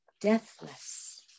deathless